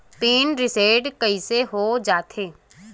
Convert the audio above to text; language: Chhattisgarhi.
पिन रिसेट कइसे हो जाथे?